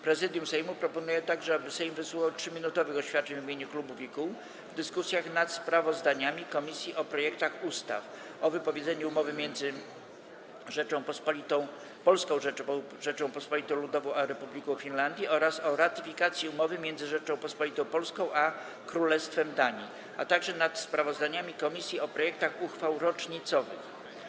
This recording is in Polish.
Prezydium Sejmu proponuje także, aby Sejm wysłuchał 3-minutowych oświadczeń w imieniu klubów i kół w dyskusjach nad: - sprawozdaniami komisji o projektach ustaw: - o wypowiedzeniu umowy między Polską Rzecząpospolitą Ludową a Republiką Finlandii, - o ratyfikacji umowy między Rzecząpospolitą Polską a Królestwem Danii, - sprawozdaniami komisji o projektach uchwał rocznicowych.